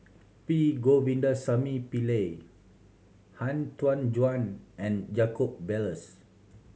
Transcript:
P Govindasamy Pillai Han Tan Juan and Jacob Ballas